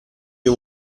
più